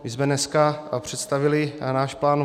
My jsme dneska představili náš plán